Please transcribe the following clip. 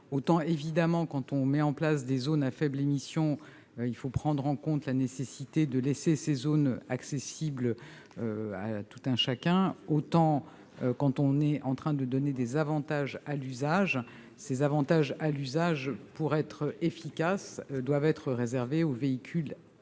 autant quand on met en place des zones à faibles émissions, il faut évidemment prendre en compte la nécessité de laisser ces zones accessibles à tout un chacun, autant quand on est en train de donner des avantages à l'usage, ces avantages à l'usage, pour être efficaces, doivent être réservés aux véhicules